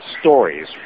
stories